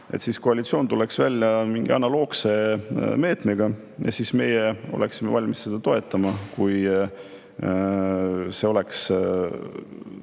siis koalitsioon tuleb välja mingi analoogse meetmega. Meie oleksime valmis seda toetama, kui see oleks